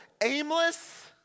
aimless